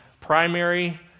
primary